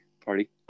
party